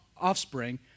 offspring